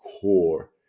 core